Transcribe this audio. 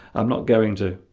i'm not going to